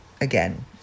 again